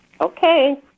Okay